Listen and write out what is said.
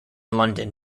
london